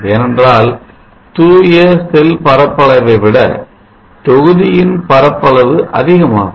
ஏனென்றால் தூய செல் பரப்பளவை விட தொகுதியின் பரப்பளவு அதிகமாகும்